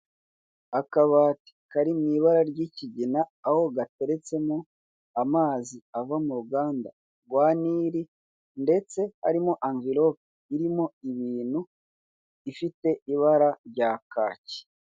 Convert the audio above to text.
Akabati kari mu ibara ry'ikigina aho gateretsemo amazi ava mu ruganda rwa Nili ndetse harimo amvilope irimo ibintu ifite ibara rya kaki.